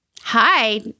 hi